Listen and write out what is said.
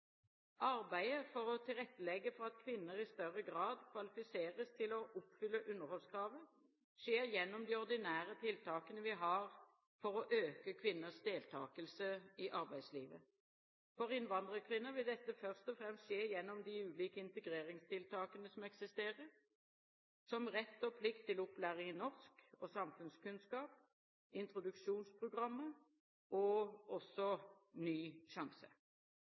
Arbeidet for å tilrettelegge for at kvinner i større grad kvalifiseres til å oppfylle underholdskravet, skjer gjennom de ordinære tiltakene vi har for å øke kvinners deltakelse i arbeidslivet. For innvandrerkvinner vil dette først og fremst skje gjennom de ulike integreringstiltakene som eksisterer, som rett og plikt til opplæring i norsk og samfunnskunnskap, introduksjonsprogrammet og også Ny sjanse.